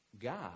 God